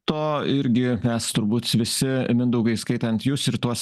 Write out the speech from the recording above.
to irgi mes turbūt visi mindaugai įskaitant jus ir tuos